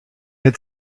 had